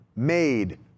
made